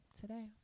today